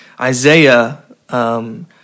Isaiah